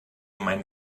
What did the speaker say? meinen